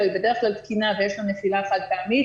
היא בדרך כלל תקינה ויש לו נפילה חד-פעמית,